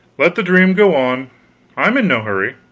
let the dream go on i'm in no hurry.